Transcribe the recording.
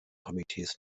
komitees